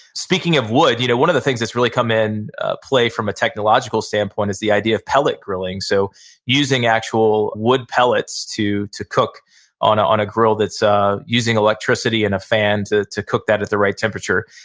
speaking of wood, you know one of the things that's really come in play from a technological standpoint is the idea of pellet grilling. so using actual wood pellets to to cook on a on a grill that's ah using electricity and a fan to to cook that at the right temperature.